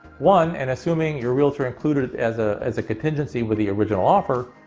one, and assuming your realtor included as ah as a contingency with the original offer,